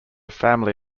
family